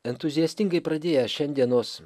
entuziastingai pradėję šiandienos